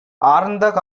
ஆர்ந்த